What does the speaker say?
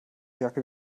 jacke